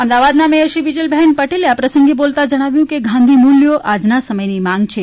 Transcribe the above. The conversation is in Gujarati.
અમદાવાદના મેયર શ્રી બીજલબેન પટેલે આ પ્રસંગે બોલતા જણાવ્યુ કે ગાંધી મુલ્યો આજના સમયની માંગ છે